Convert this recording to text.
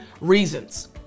reasons